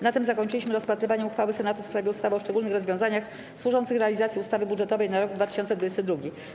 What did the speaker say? Na tym zakończyliśmy rozpatrywanie uchwały Senatu w sprawie ustawy o szczególnych rozwiązaniach służących realizacji ustawy budżetowej na rok 2022.